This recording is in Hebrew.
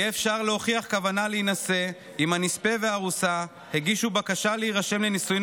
יהיה אפשר להוכיח כוונה להינשא אם הנספה והארוסה הגישו בקשה להירשם לנישואים